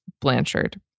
Blanchard